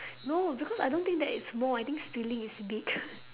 no because I don't think that is small I think stealing is big